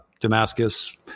Damascus